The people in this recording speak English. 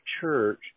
church